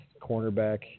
cornerback